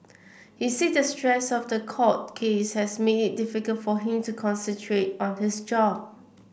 he said the stress of the court case has made it difficult for him to concentrate on his job